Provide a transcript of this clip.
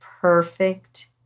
perfect